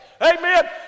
amen